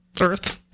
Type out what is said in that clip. Earth